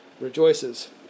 rejoices